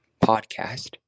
podcast